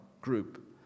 group